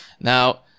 Now